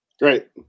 Great